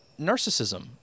narcissism